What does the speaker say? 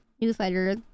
newsletter